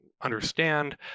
understand